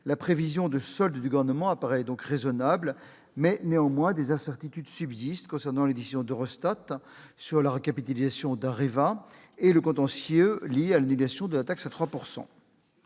la prévision de solde du Gouvernement apparaît raisonnable, mais des incertitudes subsistent concernant les décisions d'Eurostat sur la recapitalisation d'Areva et le contentieux lié à l'annulation de la taxe à 3 %.